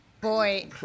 boy